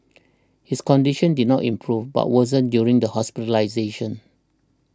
his condition did not improve but worsened during the hospitalisation